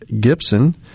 Gibson